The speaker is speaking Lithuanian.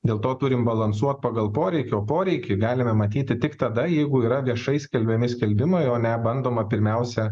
dėl to turim balansuot pagal poreikį o poreikį galime matyti tik tada jeigu yra viešai skelbiami skelbimai o ne bandoma pirmiausia